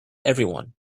everyone